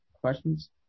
questions